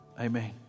Amen